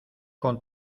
con